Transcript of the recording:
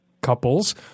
couples